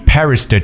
Paris